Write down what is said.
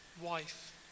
wife